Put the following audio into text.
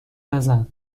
نزن